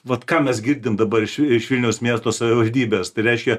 vat ką mes girdim dabar iš iš vilniaus miesto savivaldybės tai reiškia